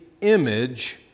image